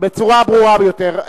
בצורה ברורה ביותר: